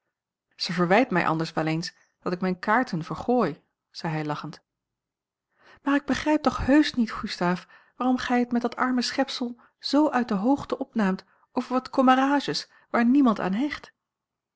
zij verwijt mij anders wel eens dat ik mijne kaarten vergooi zei hij lachend maar ik begrijp toch heusch niet gustaaf waarom gij het met dat arme schepsel zoo uit de hoogte opnaamt over wat commérages waar niemand aan hecht